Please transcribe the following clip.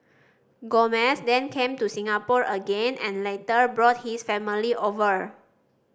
Gomez then came to Singapore again and later brought his family over